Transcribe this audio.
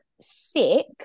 sick